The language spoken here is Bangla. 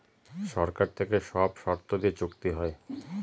সরকার থেকে সব শর্ত দিয়ে চুক্তি হয়